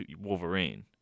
Wolverine